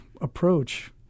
approach